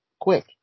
quick